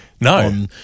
No